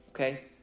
Okay